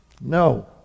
no